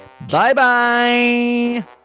Bye-bye